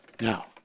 now